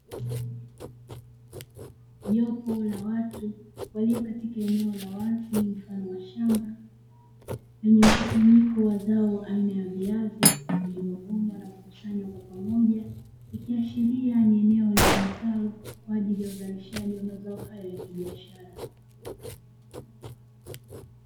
Jopo la watu walio katika eneo la wazi mfano wa shamba, lenye mkusanyiko wa zao aina ya viazi vilivyovunwa na kukusanywa kwa pamoja, ikiashiria ni eneo litumikalo kwa ajili ya uzalishaji wa mazao hayo ya kibiashara.